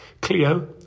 Cleo